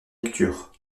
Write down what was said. lecture